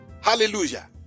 Hallelujah